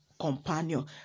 companion